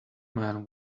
man